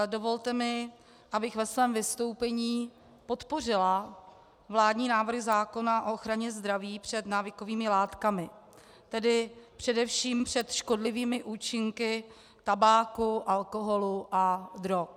Dovolte mi, abych ve svém vystoupení podpořila vládní návrh zákona o ochraně zdraví před návykovými látkami, tedy především před škodlivými účinky tabáku, alkoholu a drog.